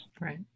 Right